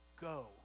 Go